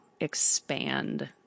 expand